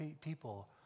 people